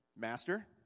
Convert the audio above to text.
master